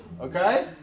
okay